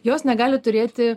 jos negali turėti